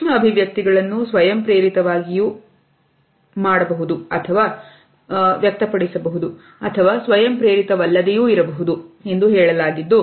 ಸೂಕ್ಷ್ಮ ಅಭಿವ್ಯಕ್ತಿಗಳನ್ನು ಸ್ವಯಂಪ್ರೇರಿತವಾಗಿಯೂ ಇರಬಹುದು ಅಥವಾ ಸ್ವಯಂ ಪ್ರೇರಿತ ವಲ್ಲದೆಯು ಇರಬಹುದು ಎಂದು ಹೇಳಲಾಗಿದೆ